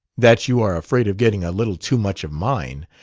that you are afraid of getting a little too much of mine!